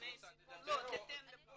אני נותן את רשות הדיבור